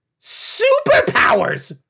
superpowers